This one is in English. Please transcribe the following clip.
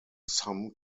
some